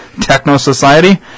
techno-society